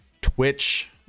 Twitch